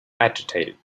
agitated